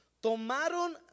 tomaron